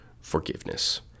forgiveness